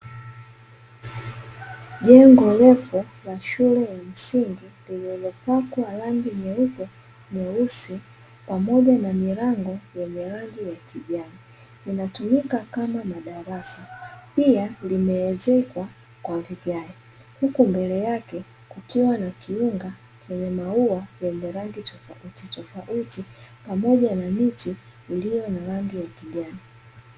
Jengo refu la shule ya msingi lililopakwa rangi nyeupe, nyeusi, pamoja na milango yenye rangi ya kijani, linatumika kama madarasa, pia limeezekwa kwa vigae huku mbele yake kukiwa na kiunga chenye maua yenye rangi tofautitofauti pamoja na miti iliyo na rangi ya kijani.